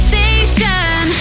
Station